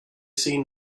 seen